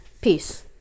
peace